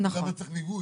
בשלב זה צריך ליווי.